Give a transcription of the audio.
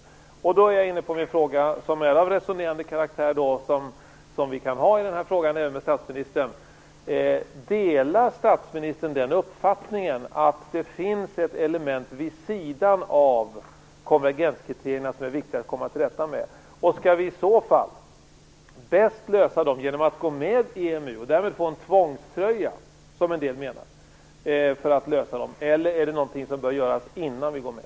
Då är jag inne på min fråga som är av resonerande karaktär: Delar statsministern den uppfattningen att det finns element vid sidan av konvergenskriterierna som är viktiga att komma till rätta med? Skall vi i så fall bäst lösa dem genom att gå med i EMU och därmed få en tvångströja, som en del menar, eller är detta någonting som bör göras innan vi går med?